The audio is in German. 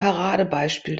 paradebeispiel